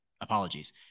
apologies